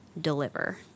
deliver